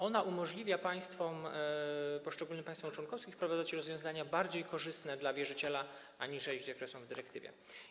Ona umożliwia państwom, poszczególnym państwom członkowskim wprowadzać rozwiązania bardziej korzystne dla wierzyciela, aniżeli te, które są w dyrektywie.